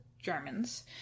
Germans